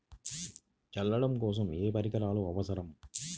చల్లడం కోసం ఏ పరికరాలు అవసరం?